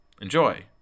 Enjoy